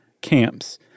camps